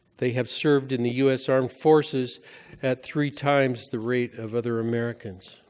they have served in the u s. armed forces at three times the rate of other americans.